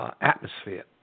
atmosphere